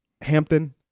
Hampton